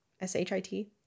S-H-I-T